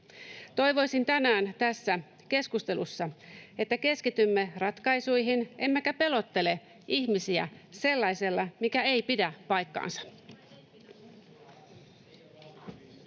Toivoisin tänään tässä keskustelussa, että keskitymme ratkaisuihin emmekä pelottele ihmisiä sellaisella, mikä ei pidä paikkaansa.